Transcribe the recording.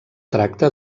tracta